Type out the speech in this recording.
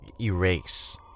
erase